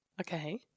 Okay